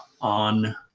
on